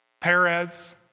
Perez